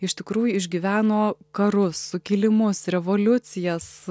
iš tikrųjų išgyveno karus sukilimus revoliucijas